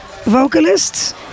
vocalists